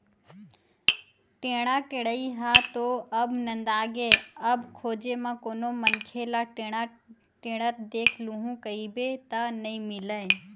टेंड़ा टेड़ई ह तो अब नंदागे अब खोजे म कोनो मनखे ल टेंड़ा टेंड़त देख लूहूँ कहिबे त नइ मिलय